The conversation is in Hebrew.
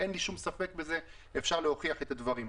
אין לי שום ספק בזה, אפשר להוכיח את הדברים.